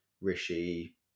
Rishi